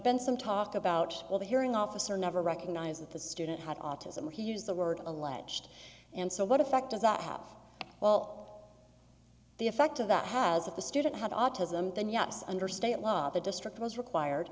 been some talk about well the hearing officer never recognized that the student had autism he used the word alleged and so what effect does that have well the effect of that has if the student had autism then yes under state law the district was required